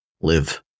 live